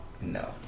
No